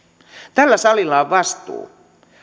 tällä salilla on vastuu